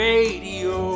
Radio